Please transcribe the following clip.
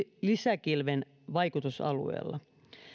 lisäkilven vaikutusalueella